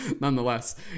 Nonetheless